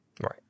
Right